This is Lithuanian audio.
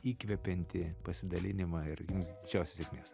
įkvepiantį pasidalinimą ir jums didžiausios sėkmės